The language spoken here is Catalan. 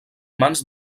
mans